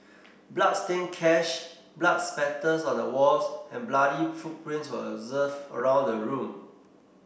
bloodstained cash blood splatters on the walls and bloody footprints were observed around the room